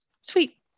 Sweet